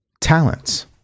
talents